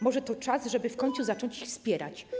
Może to czas, żeby w końcu zacząć ich wspierać?